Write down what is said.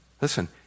listen